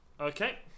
Okay